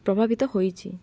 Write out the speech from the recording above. ପ୍ରଭାବିତ ହୋଇଛି